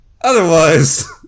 otherwise